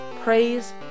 praise